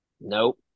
Nope